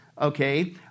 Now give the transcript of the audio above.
okay